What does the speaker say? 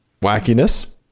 wackiness